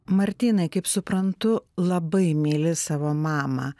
martynai kaip suprantu labai myli savo mamą